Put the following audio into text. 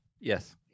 Yes